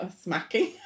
smacking